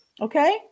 Okay